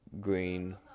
Green